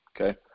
okay